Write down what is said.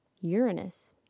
Uranus